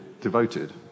devoted